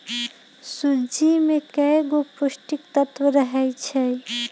सूज्ज़ी में कएगो पौष्टिक तत्त्व रहै छइ